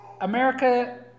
america